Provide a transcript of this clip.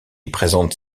présente